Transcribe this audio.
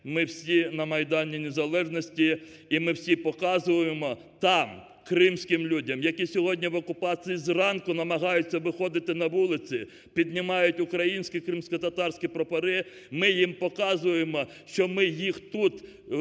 ми всі на Майдані Незалежності і ми всі показуємо там кримським людям, які сьогодні в окупації зранку намагаються виходити на вулиці, піднімають українські, кримськотатарські прапори, ми їм показуємо, що ми їх тут підтримуємо,